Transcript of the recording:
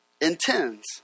intends